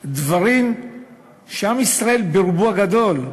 דברים שעם ישראל ברובו הגדול,